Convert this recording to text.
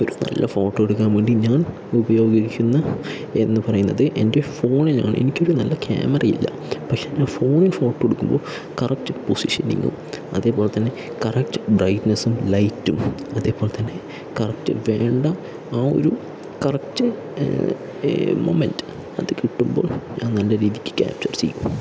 ഒരു നല്ല ഫോട്ടോ എടുക്കാൻ വേണ്ടി ഞാൻ ഉപയോഗിക്കുന്ന എന്നു പറയുന്നത് എൻ്റെ ഫോണിലാണ് എനിക്കൊരു നല്ല ക്യാമറ ഇല്ല പക്ഷെ എൻ്റെ ഫോണിൽ ഫോട്ടോ എടുക്കുമ്പോൾ കറക്റ്റ് പൊസിഷനിങ്ങും അതേപോലെ തന്നെ കറക്റ്റ് ബ്രൈറ്റ്നസ്സും ലൈറ്റും അതേപോലെ തന്നെ കറക്റ്റ് വേണ്ട ആ ഒരു കറക്റ്റ് മോമന്റ്റ് അത് കിട്ടുമ്പോൾ ഞാൻ നല്ല രീതിക്ക് ക്യാപ്ചർ ചെയ്യും